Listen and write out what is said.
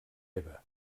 eva